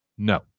No